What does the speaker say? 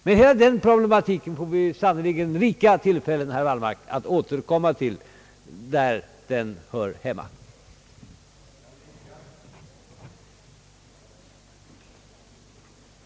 Men hela denna problematik får vi sannerligen rika tillfällen, herr Wallmark, att återkomma till när det ärende där den hör hemma tas upp till behandling.